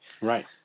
Right